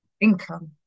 income